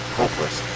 hopeless